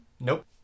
Nope